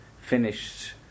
finished